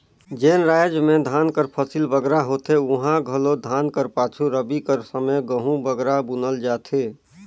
जेन राएज में धान कर फसिल बगरा होथे उहां घलो धान कर पाछू रबी कर समे गहूँ बगरा बुनल जाथे